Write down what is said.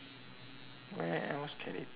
where else can it be then